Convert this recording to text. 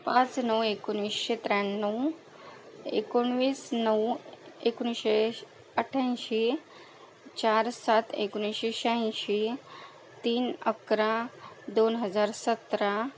पाच नऊ एकोणीसशे त्र्याण्णव एकोणवीस नऊ एकोणीसशे अठ्याऐंशी चार सात एकोणीसशे शहाऐंशी तीन अकरा दोन हजार सतरा